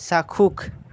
চাক্ষুষ